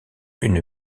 une